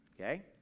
Okay